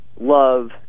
love